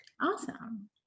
Awesome